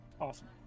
Awesome